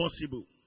possible